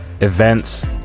events